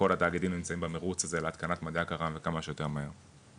כל התאגידים נמצאים במרוץ הזה להתקנת מדי הקר"מ וכמה שיותר מהר.